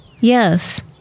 yes